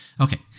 Okay